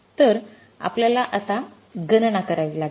तर आपल्याला आता गणना करावी लागेल